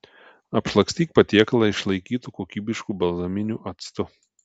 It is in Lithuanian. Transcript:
apšlakstyk patiekalą išlaikytu kokybišku balzaminiu actu